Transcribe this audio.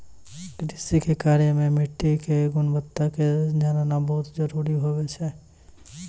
कृषि के कार्य मॅ मिट्टी के गुणवत्ता क जानना बहुत जरूरी होय छै